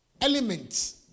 elements